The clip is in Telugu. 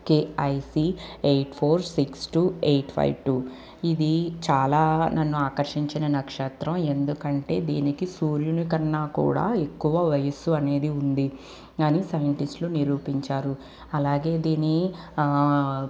KIC eight four six two eight five two ఇది చాలా నన్ను ఆకర్షించిన నక్షత్రం ఎందుకంటే దీనికి సూర్యుని కన్నా కూడా ఎక్కువ వయస్సు అనేది ఉంది అని సైంటిస్ట్లు నిరూపించారు అలాగే దీని